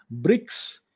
BRICS